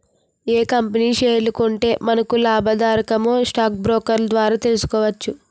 ఏ company షేర్లు కొంటే మనకు లాభాదాయకమో స్టాక్ బ్రోకర్ ద్వారా తెలుసుకోవచ్చు